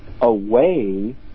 away